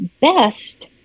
best